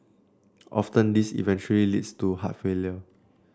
often this eventually leads to heart failure